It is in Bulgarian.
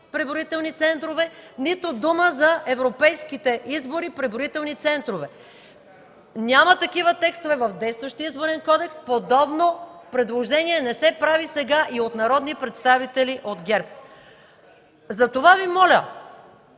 преброителни центрове, нито дума за европейските избори с преброителни центрове! Няма такива текстове в действащия Изборен кодекс. Подобно предложение не се прави сега и от народни представители от ГЕРБ. Затова Ви моля